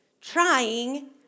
trying